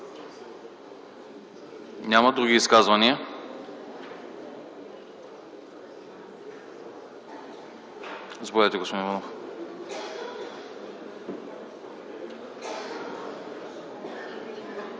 Няма. Други изказвания? Заповядайте, господин Иванов.